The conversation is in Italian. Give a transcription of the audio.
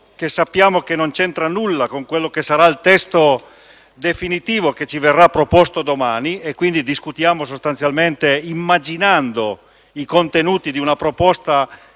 che sappiamo non avere nulla di quello che sarà il testo definitivo che ci verrà proposto domani. Discutiamo sostanzialmente immaginando i contenuti di una proposta